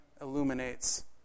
illuminates